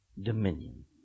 dominion